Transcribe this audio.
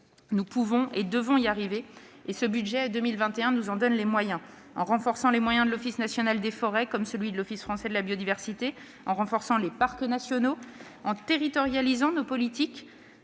Nous pouvons et nous devons y arriver. Ce budget pour 2021 nous en donne la possibilité, en accroissant les moyens de l'Office national des forêts et de l'Office français de la biodiversité, en renforçant les parcs nationaux, en territorialisant nos politiques